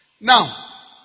Now